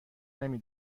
نمی